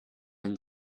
then